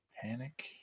Panic